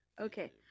Okay